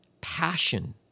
passion